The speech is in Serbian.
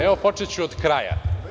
Evo počeću od kraja.